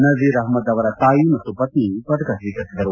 ನಭೀರ್ ಅಹ್ಮದ್ ಅವರ ತಾಯಿ ಮತ್ತು ಪತ್ನಿ ಪದಕ ಸ್ವೀಕರಿಸಿದರು